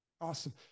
Awesome